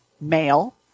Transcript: male